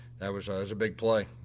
that was a big play.